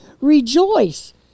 rejoice